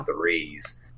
threes